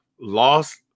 lost